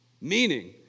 Meaning